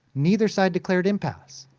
neither side declared impasse.